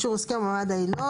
אישור הסכם ומעמד היילוד.